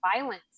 violence